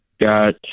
got